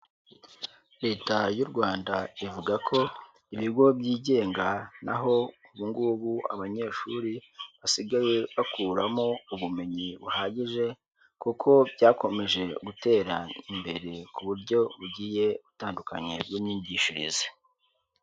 Leta y'u Rwanda ivuga ko ibigo byigenga naho ubu ngubu abanyeshuri basigaye bakuramo ubumenyi buhagije kuko byakomeje gutera imbere ku buryo bugiye butandukanye bw'imyigishirize.